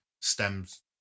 stems